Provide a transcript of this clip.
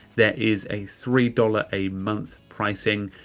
there is a three dollars a month pricing.